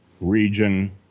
region